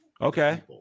Okay